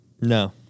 No